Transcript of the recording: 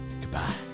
goodbye